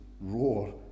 roar